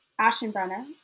Ashenbrenner